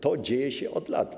To dzieje się od lat.